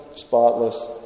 spotless